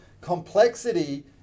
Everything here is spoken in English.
complexity